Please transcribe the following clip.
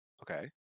Okay